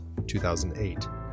2008